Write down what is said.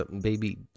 baby